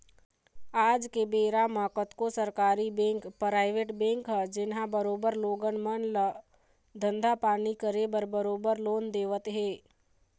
आज के बेरा म कतको सरकारी बेंक, पराइवेट बेंक हे जेनहा बरोबर लोगन मन ल धंधा पानी करे बर बरोबर लोन देवत हे